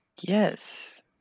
Yes